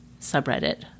subreddit